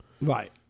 Right